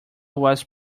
was